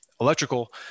Electrical